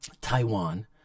Taiwan